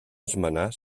esmenar